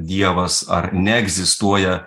dievas ar neegzistuoja